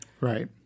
Right